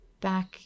back